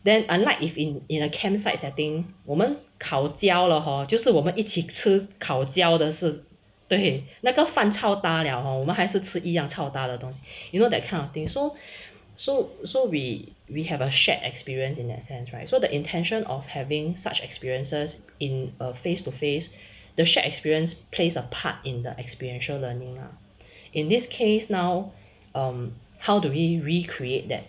then unlike if in in a campsite setting 我们烤焦了 hor 就是我们一起吃烤焦的是对那个饭 chao ta 了 hor 我们还是吃一样 chao ta 的东西 you know that kind of thing so so so we we have a shared experience in that sense right so the intention of having such experiences in a face to face the shared experience plays a part in the experiential learning ah in this case now err how do we recreate that